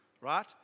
right